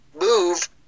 move